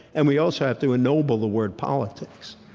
and we also have to ennoble the word politics.